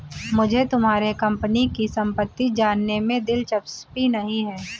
मुझे तुम्हारे कंपनी की सम्पत्ति जानने में दिलचस्पी नहीं है